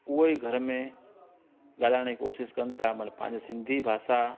उहेई घर में ॻाल्हाइण ई कोशिशि कनि था मना पंहिंजे सिंधी भाषा